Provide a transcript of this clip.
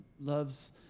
loves